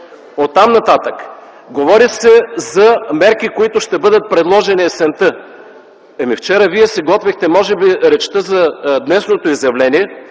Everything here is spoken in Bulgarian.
Оттам нататък, говори се за мерки, които ще бъдат предложени есента. Вчера Вие може би си готвихте речта за днешното изявления